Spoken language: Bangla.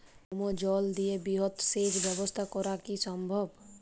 ভৌমজল দিয়ে বৃহৎ সেচ ব্যবস্থা করা কি সম্ভব?